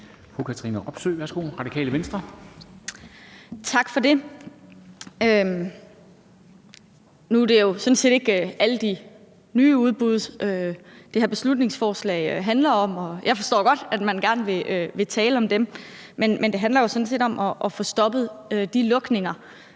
Tak for det. Nu er det jo ikke alle de nye udbud, det her beslutningsforslag handler om, og jeg forstår godt, at man gerne vil tale om dem, men det handler sådan set om at få stoppet de lukninger,